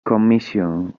commission